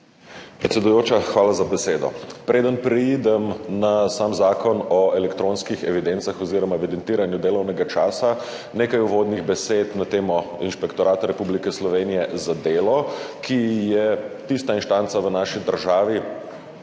Predsedujoča, hvala za besedo. Preden preidem na sam zakon o elektronskih evidencah oziroma evidentiranju delovnega časa, nekaj uvodnih besed na temo Inšpektorata Republike Slovenije za delo, ki je tista instanca v naši državi,